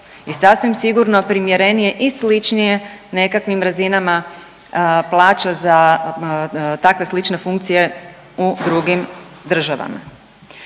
i sasvim sigurno primjerenije i sličnije nekakvim razinama plaća za takve slične funkcije u drugim državama